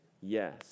Yes